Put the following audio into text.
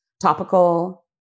topical